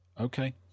Okay